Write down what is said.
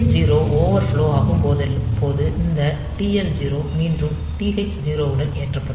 TL0 overflow ஆகும் போது இந்த TL0 மீண்டும் TH0 உடன் ஏற்றப்படும்